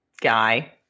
guy